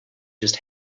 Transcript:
just